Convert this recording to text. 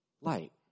light